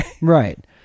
Right